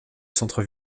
centre